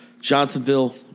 Johnsonville